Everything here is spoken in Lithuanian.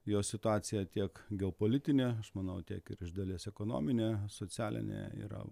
jos situacija tiek geopolitinė manau tiek ir iš dalies ekonominė socialinė yra